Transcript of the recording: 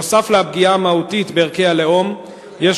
נוסף על פגיעה מהותית בערכי הלאום יש